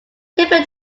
table